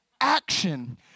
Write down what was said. action